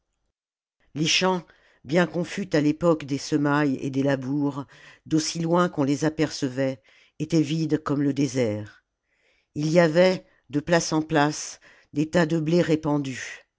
les champs bien qu'on fût à l'époque des semailles et des labours d'aussi loin qu'on les apercevait étaient vides comme le désert ii y avait de place en place des tas de blé répandus